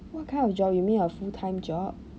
what kind of job you mean a full-time job